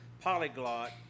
Polyglot